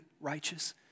righteous